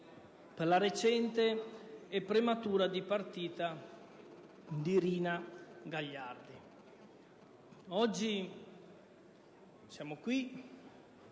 per la recente e prematura dipartita di Rina Gagliardi.